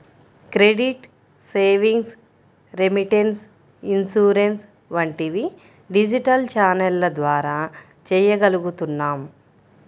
credit, savings, remittance, insurance వంటివి digital ఛానెల్ల ద్వారా చెయ్యగలుగుతున్నాం